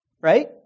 Right